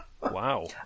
Wow